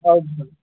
ادٕ حظ